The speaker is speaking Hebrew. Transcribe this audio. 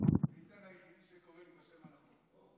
איתן היחיד שקורא לי בשם הנכון.